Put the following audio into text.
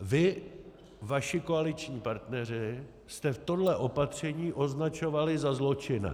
Vy, vaši koaliční partneři, jste tohle opatření označovali za zločinné.